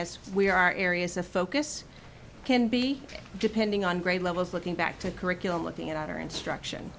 as we are areas of focus can be depending on grade levels looking back to curriculum looking at other instruction